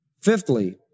Fifthly